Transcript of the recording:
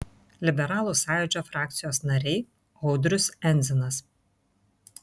liberalų sąjūdžio frakcijos nariai audrius endzinas